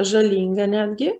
žalinga netgi